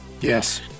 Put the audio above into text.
Yes